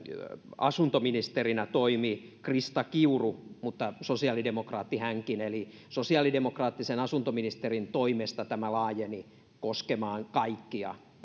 asuntoministerinä toimi krista kiuru mutta sosiaalidemokraatti hänkin eli sosiaalidemokraattisen asuntoministerin toimesta tämä laajeni koskemaan kaikkia